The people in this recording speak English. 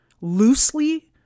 loosely